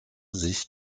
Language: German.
sicht